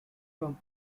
from